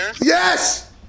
Yes